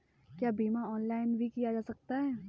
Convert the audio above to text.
क्या बीमा ऑनलाइन भी किया जा सकता है?